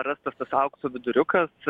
rastas tas aukso viduriukas